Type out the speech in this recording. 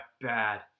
bad